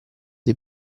dei